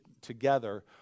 together